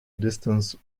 distance